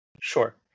Sure